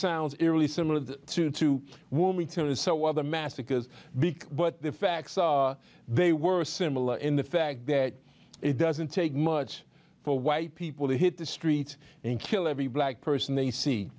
sounds eerily similar to two woman or so other massacres big but the facts they were similar in the fact that it doesn't take much for white people to hit the streets and kill every black person they see